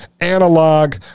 analog